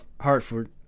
Hartford